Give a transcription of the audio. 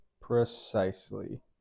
precisely